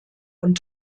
und